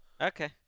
Okay